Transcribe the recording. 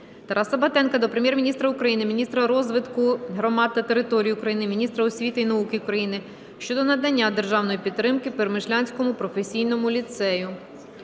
Тараса Батенка до Прем'єр-міністра України, міністра розвитку громад та територій України, міністра освіти і науки України щодо надання державної підтримки Перемишлянському професійному ліцею.